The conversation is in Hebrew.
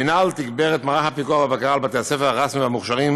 המינהל תגבר את מערך הפיקוח והבקרה על בתי-הספר הרשמיים והמוכש"רים